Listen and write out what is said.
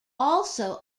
also